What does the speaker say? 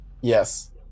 Yes